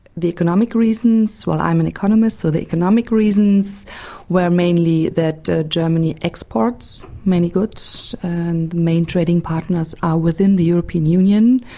the economic reasons, well i'm an economist, so the economic reasons were mainly that germany exports many goods and the main trading partners are within the european union,